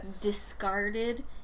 discarded